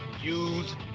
use